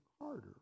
harder